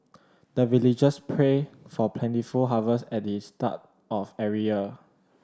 the villagers pray for plentiful harvest at the start of every year